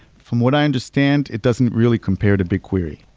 from what i understand, it doesn't really compare to bigquery.